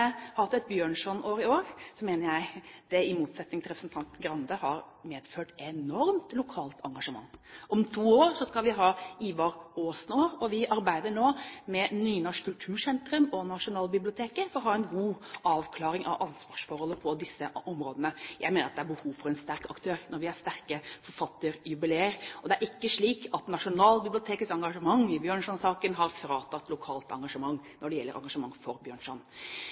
hatt et Bjørnson-år i år, mener jeg, i motsetning til representanten Skei Grande, at det har medført et enormt lokalt engasjement. Om to år skal vi ha Ivar Aasen-år, og vi arbeider nå med Nynorsk kultursentrum og Nasjonalbiblioteket for å ha en god avklaring av ansvarsforholdet på disse områdene. Jeg mener at det er behov for en sterk aktør når vi har store forfatterjubileer, og det er ikke slik at Nasjonalbibliotekets engasjement i Bjørnson-saken har fratatt de lokale et engasjement når det gjelder arrangementer for Bjørnson.